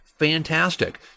Fantastic